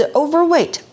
overweight